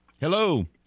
Hello